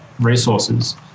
resources